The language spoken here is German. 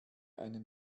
einen